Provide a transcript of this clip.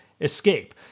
escape